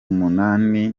umunani